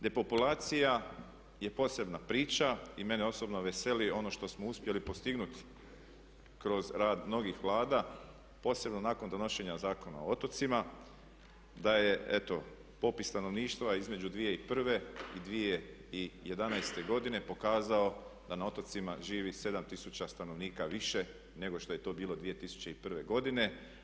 Depopulacija je posebna priča i mene osobno veseli ono što smo uspjeli postignut kroz rad mnogih Vlada, posebno nakon donošenja Zakona o otocima da je eto popis stanovništva između 2001.i 2011.godine pokazao da na otocima živi 7 tisuća stanovnika više nego što je to bilo 2001.godine.